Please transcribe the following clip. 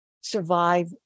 survive